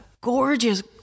gorgeous